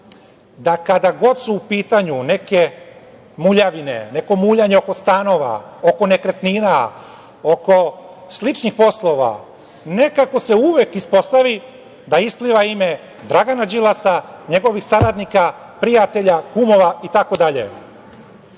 da kada god su u pitanju neke muljavine, neko muljanje oko stanova, oko nekretnina, oko sličnih poslova, nekako se uvek ispostavi da ispliva ime Dragana Đilasa, njegovih saradnika, prijatelja, kumova itd. Hoće